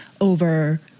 over